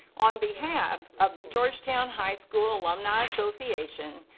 on behalf of the georgetown high school alumni association,